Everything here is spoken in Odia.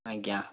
ଆଜ୍ଞା